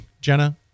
Jenna